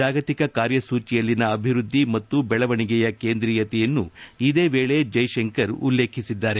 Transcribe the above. ಜಾಗತಿಕ ಕಾರ್ಯಸೂಚಿಯಲ್ಲಿನ ಅಭಿವೃದ್ಧಿ ಮತ್ತು ಬೆಳವಣಿಗೆಯ ಕೇಂದ್ರೀಯತೆಯನ್ನು ಇದೇ ವೇಳೆ ಜೈಶಂಕರ್ ಉಲ್ಲೇಖಿಸಿದ್ದಾರೆ